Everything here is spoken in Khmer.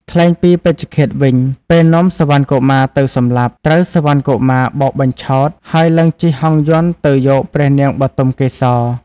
ថ្លែងពីពេជ្ឈឃាតវិញ ពេលនាំសុវណ្ណកុមារទៅសម្លាប់ ត្រូវសុវណ្ណកុមារបោកបញ្ឆោត ហើយឡើងជិះហង្សយន្តទៅយកព្រះនាងបុទមកេសរ។